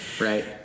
right